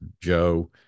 Joe